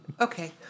Okay